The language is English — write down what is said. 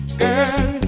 girl